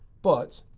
but,